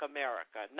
America